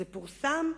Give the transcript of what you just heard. זה פורסם,